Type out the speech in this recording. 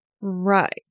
Right